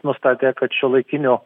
nustatė kad šiuolaikinių